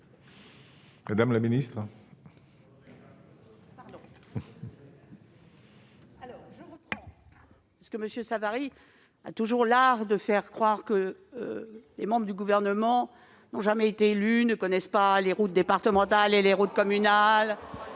Mme la ministre.